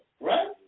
right